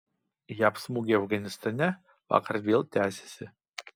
jav smūgiai afganistane vakar vėl tęsėsi